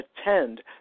attend